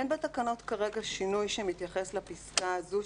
אין בתקנות כרגע שינוי שמתייחס לפסקה הזו,